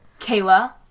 Kayla